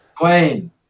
Wayne